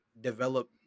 develop